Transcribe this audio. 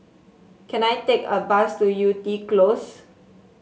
can I take a bus to Yew Tee Close